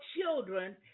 children